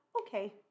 Okay